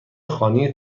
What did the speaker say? خانه